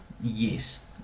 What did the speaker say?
yes